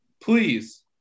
please